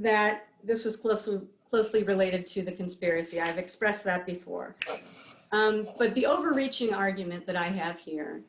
that this was closely related to the conspiracy i've expressed that before but the overreaching argument that i have here